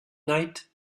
night